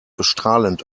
strahlend